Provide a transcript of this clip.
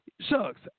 Shucks